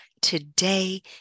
today